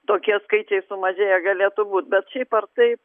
tokie skaičiai sumažėję galėtų būt bet šiaip ar taip